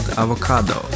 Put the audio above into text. avocado